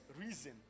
reason